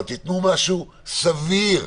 אבל תיתנו משהו סביר.